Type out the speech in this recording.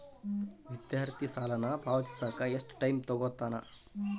ವಿದ್ಯಾರ್ಥಿ ಸಾಲನ ಪಾವತಿಸಕ ಎಷ್ಟು ಟೈಮ್ ತೊಗೋತನ